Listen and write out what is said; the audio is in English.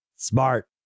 Smart